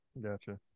Gotcha